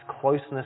closeness